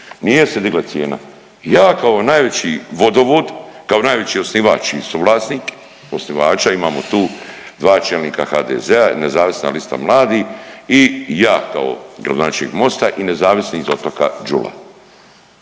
Nije se digla cijena. Ja kao najveći vodovod, kao najveći osnivač i suvlasnik osnivača, imamo tu dva čelnika HDZ-a, Nezavisna lista mladih i ja kao gradonačelnik Mosta i nezavisni iz Otoka, Đula.